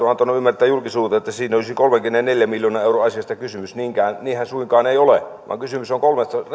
että siinä olisi kolmenkymmenenneljän miljoonan euron asiasta kysymys niinhän suinkaan ei ole vaan kysymys on